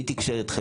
מי תקשר אתכם?